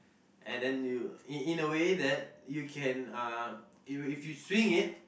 and then you in in a way that you can uh if if you swing it